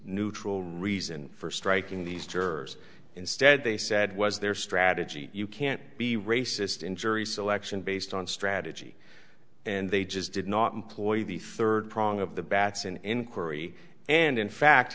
neutral reason for striking these jurors instead they said was their strategy you can't be racist in jury selection based on ratatouille and they just did not employ the third prong of the bats in inquiry and in fact